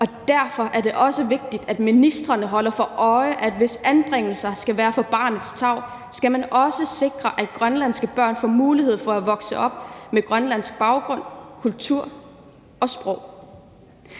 og derfor er det også vigtigt, at ministrene holder sig for øje, at hvis anbringelser skal være for at sikre barnets tarv, så skal man også sikre, at grønlandske børn får mulighed for at vokse op med grønlandsk baggrund, kultur og sprog.